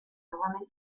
nuovamente